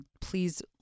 please